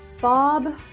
Bob